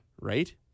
Right